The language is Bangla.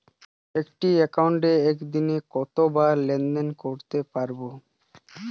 একটি একাউন্টে একদিনে কতবার লেনদেন করতে পারব?